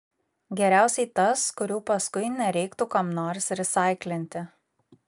geriausiai tas kurių paskui nereiktų kam nors resaiklinti